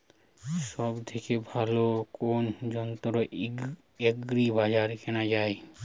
সব থেকে ভালো কোনো যন্ত্র এগ্রি বাজারে কেনা যায়?